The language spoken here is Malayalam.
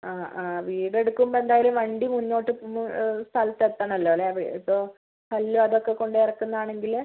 ആ ആ വീട് എടുക്കുമ്പോൾ എന്തായാലും വണ്ടി മുന്നോട്ട് ഒന്ന് സ്ഥലത്തെത്തണമല്ലോ അല്ലേ ഇപ്പോൾ കല്ലും അതൊക്കെ കൊണ്ട് ഇറക്കുന്നതാണെങ്കിൽ